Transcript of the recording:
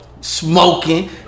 Smoking